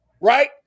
right